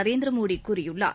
நரேந்திரமோடி கூறியுள்ளார்